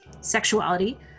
sexuality